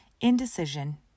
indecision